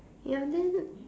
ya then